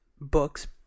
books